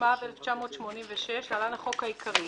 התשמ"ו 1986‏ (להלן החוק העיקרי)".